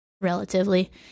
relatively